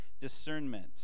discernment